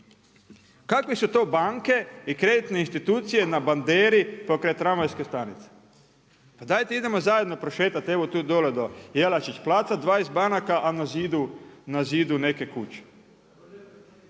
Kakve su to banke i kreditne institucije na banderi pokraj tramvajske stanice? Pa dajte, idemo zajedno prošetati, evo tu dole do Jelačić placa, 20 banaka na zidu neke kuće.